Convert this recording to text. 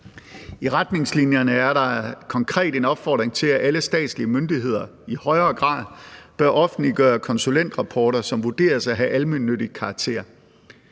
I retningslinjerne er der konkret en opfordring til, at alle statslige myndigheder i højere grad bør offentliggøre konsulentrapporter, som vurderes at have almennyttig karakter.